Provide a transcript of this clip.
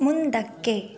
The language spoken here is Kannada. ಮುಂದಕ್ಕೆ